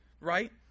right